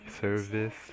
service